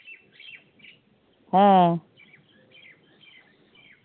ᱦᱮᱸ